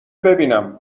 ببینم